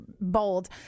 bold